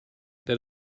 that